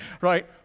right